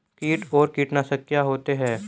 कीट और कीटनाशक क्या होते हैं?